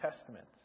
Testament